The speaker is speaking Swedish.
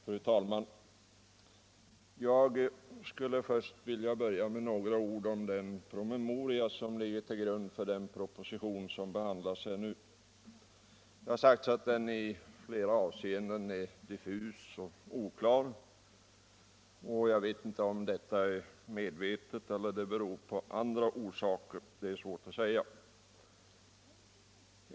Fru talman! Jag vill börja med att säga några ord om den promemoria som ligger till grund för propositionen i detta ärende. Det har sagts att den i flera avseenden är diffus och oklar. Jag vet inte om det ligger någon medveten avsikt bakom eller om det har andra orsaker — det är svårt att säga.